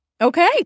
Okay